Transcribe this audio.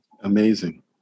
amazing